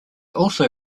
also